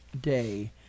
day